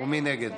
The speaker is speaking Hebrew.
ומי נגד?